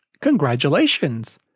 Congratulations